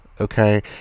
Okay